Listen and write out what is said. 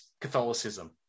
Catholicism